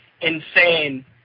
insane